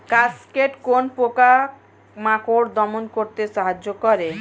Cascade কোন পোকা মাকড় দমন করতে সাহায্য করে?